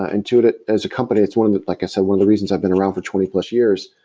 ah intuit as a company, it's one of like i said, one of the reasons i've been around for twenty plus years,